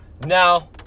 Now